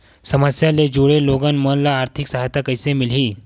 समस्या ले जुड़े लोगन मन ल आर्थिक सहायता कइसे मिलही?